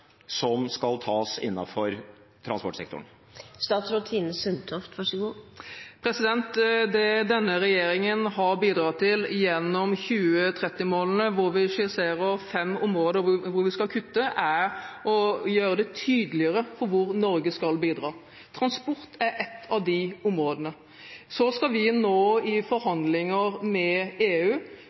som skal tas innenfor transportsektoren? Det denne regjeringen har bidratt til gjennom 2030-målene, hvor vi skisserer fem områder hvor vi skal kutte, er å gjøre det tydeligere hvor Norge skal bidra. Transport er ett av de områdene. Så skal vi nå i forhandlinger med EU